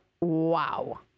wow